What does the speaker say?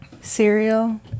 cereal